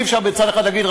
אי-אפשר מצד אחד להגיד,